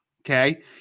Okay